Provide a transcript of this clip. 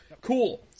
Cool